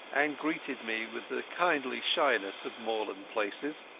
and greeted me with the kindly shyness of moorland places.